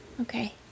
Okay